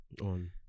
On